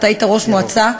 אתה היית ראש מועצה,